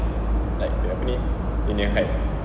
like the apa ni dia nya height